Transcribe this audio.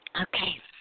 Okay